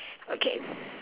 okay